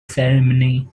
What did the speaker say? seminary